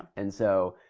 and so,